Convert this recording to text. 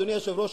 אדוני היושב-ראש,